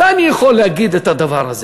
מתי אני יכול להגיד את הדבר הזה?